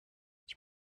its